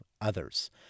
others